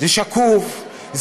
זה שקוף,